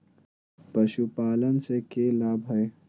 पशुपालन से के लाभ हय?